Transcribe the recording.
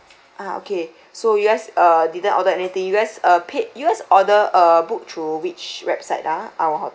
ah okay so you guys uh didn't order anything you guys uh paid you guys order uh book through which website ah our hotel